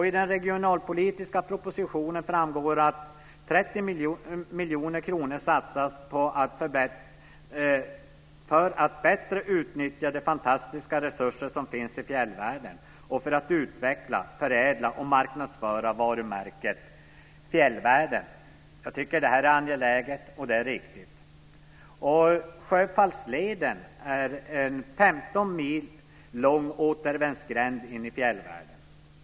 I den regionalpolitiska propositionen framgår det att 30 miljoner kronor satsas för att bättre utnyttja de fantastiska resurser som finns i fjällvärlden och för att utveckla, förädla och marknadsföra "varumärket" fjällvärlden. Jag tycker att det här är angeläget och riktigt. Sjöfallsleden är en 15 mil lång återvändsgränd in i fjällvärlden.